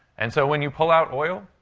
and so when you pull out oil,